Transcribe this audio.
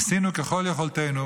ניסינו ככל יכולתנו,